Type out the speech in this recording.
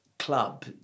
club